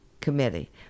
committee